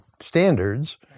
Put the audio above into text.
standards